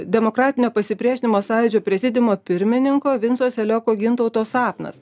demokratinio pasipriešinimo sąjūdžio prezidiumo pirmininko vinco selioko gintauto sapnas